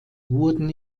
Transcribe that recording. wurden